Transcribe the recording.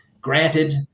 granted –